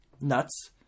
nuts